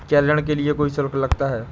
क्या ऋण के लिए कोई शुल्क लगता है?